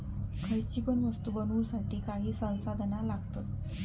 खयची पण वस्तु बनवुसाठी काही संसाधना लागतत